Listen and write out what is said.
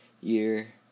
year